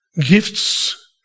gifts